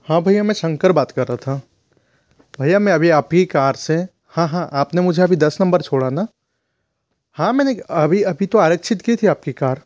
हाँ भईया मैं शंकर बात कर रहा था भईया मैं अभी आपकी कार से हाँ हाँ आपने मुझे अभी दस नंबर छोड़ा ना हाँ मैंने अभी अभी तो आरक्षित की थी आपकी कार